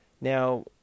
Now